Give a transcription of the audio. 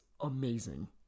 amazing